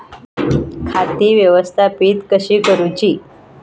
खाती व्यवस्थापित कशी करूची?